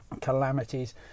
calamities